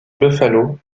buffalo